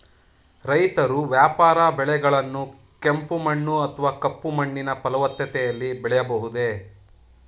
ರೈತರು ವ್ಯಾಪಾರ ಬೆಳೆಗಳನ್ನು ಕೆಂಪು ಮಣ್ಣು ಅಥವಾ ಕಪ್ಪು ಮಣ್ಣಿನ ಫಲವತ್ತತೆಯಲ್ಲಿ ಬೆಳೆಯಬಹುದೇ?